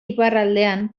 iparraldean